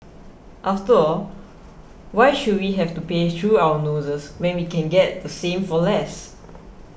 after all why should we have to pay through our noses when we can get the same for less